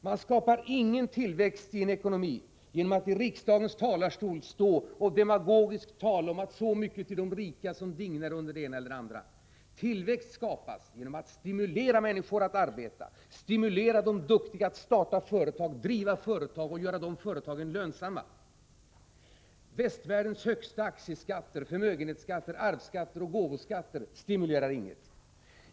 Man skapar ingen tillväxt i ekonomin genom att i riksdagens talarstol stå och demagogiskt tala om att det ges så mycket till de rika som dignar under det ena eller det andra. Tillväxten skapas genom att stimulera människor att arbeta, stimulera de duktiga att starta företag, driva företag och göra företagen lönsamma. Västvärldens högsta aktieskatt, förmögenhetsskatt, arvsskatt och gåvoskatt stimulerar ingen.